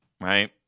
right